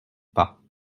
pas